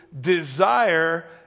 desire